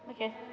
okay